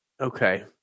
Okay